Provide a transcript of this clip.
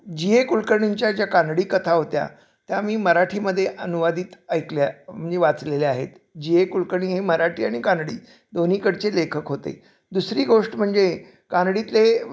जी A कुळकर्णींच्या ज्या कानडी कथा होत्या त्या मी मराठीमध्ये अनुवादित ऐकल्या म्हणजे वाचलेल्या आहेत जी ए कुळकर्णी हे मराठी आणि कानडी दोन्हीकडचे लेखक होते दुसरी गोष्ट म्हणजे कानडीतले